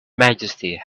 majesty